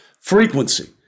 frequency